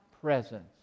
presence